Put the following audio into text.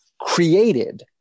created